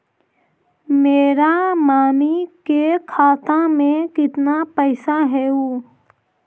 मेरा मामी के खाता में कितना पैसा हेउ?